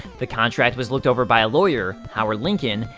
the contract was looked over by a lawyer, howard lincoln,